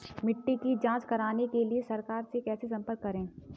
मिट्टी की जांच कराने के लिए सरकार से कैसे संपर्क करें?